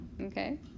Okay